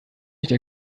nicht